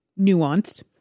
nuanced